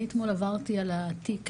אני אתמול עברתי על התיק,